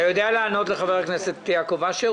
אתה יודע לענות לחבר הכנסת יעקב אשר?